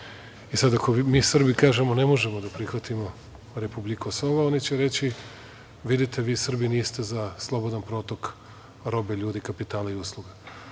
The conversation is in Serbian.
ako mi Srbi kažemo, ne možemo da prihvatimo republik Kosovo, oni će reći – vidite vi Srbi niste za slobodan protok robe, ljudi, kapitala i usluga.